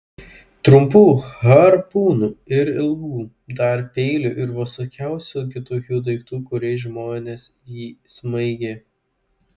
trumpų harpūnų ir ilgų dar peilių ir visokiausių kitokių daiktų kuriais žmonės jį smaigė